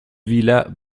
villas